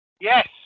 Yes